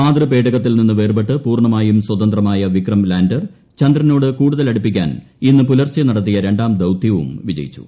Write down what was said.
മാതൃപേടകത്തിൽ നിന്ന് വേർപെട്ട് പൂർണമായും സ്വതന്ത്രമായ വിക്രം ലാൻഡർ ചന്ദ്രനോട് കൂടുതൽ അടുപ്പിക്കാൻ ഇന്ന് പുലർച്ചെ നടത്തിയ രണ്ടാം ദൌത്യവും വിജയിച്ചു